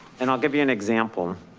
and i'll give you an example.